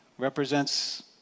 Represents